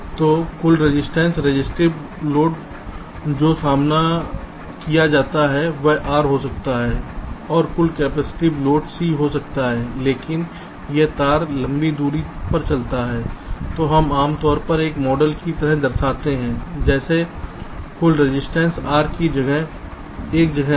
तो कुल resistance resistive load जो सामना किया जाता है वह R हो सकता है और कुल कैपेसिटिव लोड C हो सकता है लेकिन जब तार लंबी दूरी पर चलता है तो हम आमतौर पर एक मॉडल की तरह दर्शाते हैं जैसे कुल रजिस्टेंस R की जगह एक जगह पर